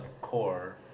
core